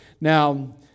Now